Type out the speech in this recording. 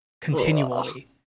continually